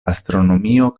astronomio